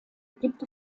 gibt